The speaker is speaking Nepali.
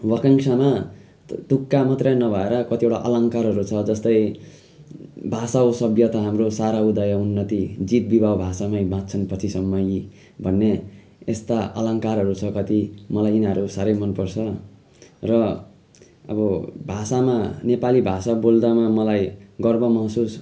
वाक्यांशमा तु तुक्का मात्रै नभएर कतिवटा अलङ्कारहरू छ जस्तै भाषा हो सभ्यता हाम्रो सारा उदय उन्नति जीत वैभव जति छन् भाषामै बाँच्छन् पछिसम्म यी भन्ने यस्ता अलङ्कारहरू छ कति मलाई यिनीहरू साह्रै मनपर्छ र अब भाषामा नेपाली भाषा बोल्दामा मलाई गर्व महसुस